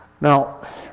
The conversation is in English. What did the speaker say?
Now